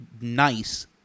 Nice